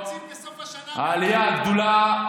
העברתם תקציב בסוף השנה, העלייה הגדולה,